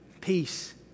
Peace